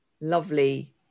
lovely